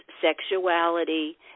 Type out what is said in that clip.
sexuality